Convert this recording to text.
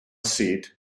seat